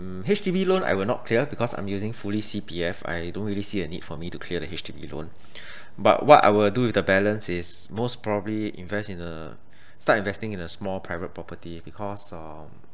mm H_D_B loan I will not clear because I'm using fully C_P_F I don't really see a need for me to clear the H_D_B loan but what I will do with the balance is most probably invest in a start investing in a small private property because um